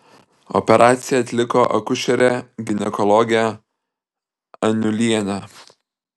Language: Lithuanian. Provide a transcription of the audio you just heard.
operaciją atliko akušerė ginekologė aniulienė